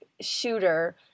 shooter